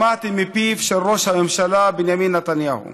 שמעתי מפיו של ראש הממשלה בנימין נתניהו.